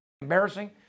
embarrassing